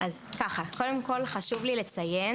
חשוב לי לציין